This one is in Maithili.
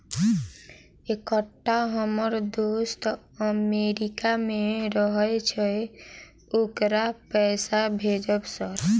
एकटा हम्मर दोस्त अमेरिका मे रहैय छै ओकरा पैसा भेजब सर?